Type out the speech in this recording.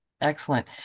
excellent